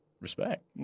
respect